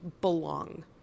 belong